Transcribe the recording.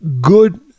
good